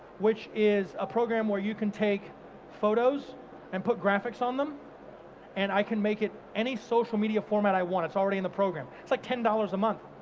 which is a program where you can take photos and put graphics on them and i can make it any social media format i want. it's already in the program. it's like ten dollars a month.